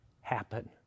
happen